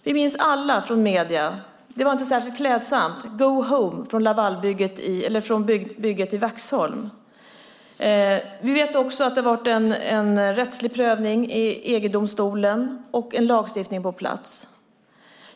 Vi minns alla vad det stod i medierna från bygget i Vaxholm: Go home! Det var inte särskilt klädsamt. Vi vet också att det har gjorts en rättslig prövning i EU-domstolen och att en lagstiftning är på plats.